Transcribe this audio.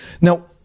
Now